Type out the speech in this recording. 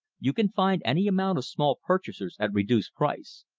you can find any amount of small purchasers at reduced price.